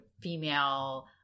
female